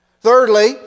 Thirdly